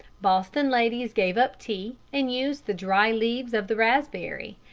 boston ladies gave up tea and used the dried leaves of the raspberry,